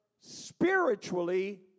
spiritually